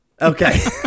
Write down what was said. Okay